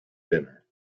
dinner